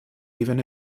even